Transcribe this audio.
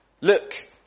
Look